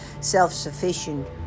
self-sufficient